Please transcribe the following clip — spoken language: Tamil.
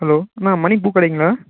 ஹலோ அண்ணா மணி பூக்கடைங்களா